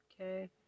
Okay